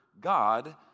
God